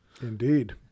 Indeed